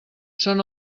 són